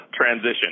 transition